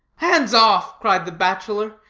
hands off! cried the bachelor,